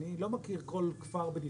אני לא מכיר כל כפר בנפרד,